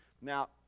Now